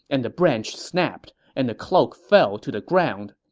and the branch snapped, and the cloak fell to the ground.